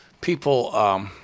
people –